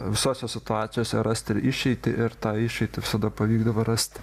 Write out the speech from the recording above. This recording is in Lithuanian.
visose situacijose rast ir išeitį ir tą išeitį visada pavykdavo rasti